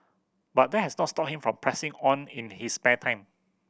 but that has not stopped him from pressing on in his spare time